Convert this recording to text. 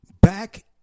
Back